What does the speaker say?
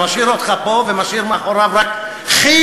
שמשאיר אותך פה ומשאיר מאחוריו רק חיוך.